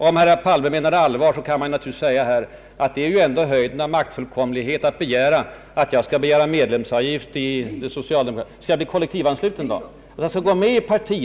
Om herr Palme menade allvar med sitt anbud till mig att deltaga i socialdemokraternas grupparbete vill jag göra gällande, att det är höjden av maktfullkomlighet att begära att jag skulle ansöka om medlemskap i socialdemokratiska partiet eller behöva bli kollektivansluten för att få delta i debatter om skatterna.